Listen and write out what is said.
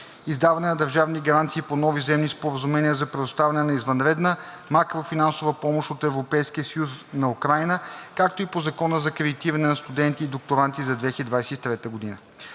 издаване на държавни гаранции по нови заемни споразумения за предоставяне на извънредна макрофинансова помощ от Европейския съюз на Украйна, както и по Закона за кредитиране на студенти и докторанти за 2023 г.